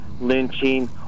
lynching